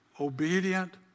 obedient